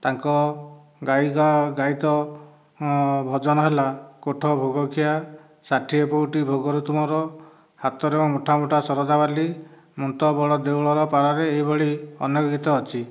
ତାଙ୍କ ଗାଇକ ଗାଇତ ଭଜନ ହେଲା କୋଠ ଭୋଗଖିଆ ଷାଠିଏ ପଉଟି ଭୋଗରୁ ତୁମର ହାତରେ ମୁଠାମୁଠା ଶରଧାବାଲି ମୁଁ ତ ବଡ଼ଦେଉଳର ପାରାରେ ଏହିଭଳି ଅନେକ ଗୀତ ଅଛି